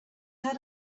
heard